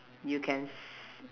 you can s~